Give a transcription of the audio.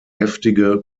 heftige